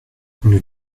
nous